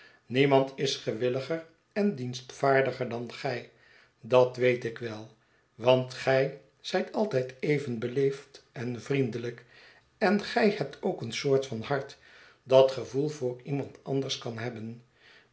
niemand is gewilliger en dienstvaardiger dan gij dat weet ik wel want gij zijt altijd even beleefd en vriendelijk en gij hebt ook een soort van hart dat gevoel voor iemand anders kan hebben